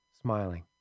smiling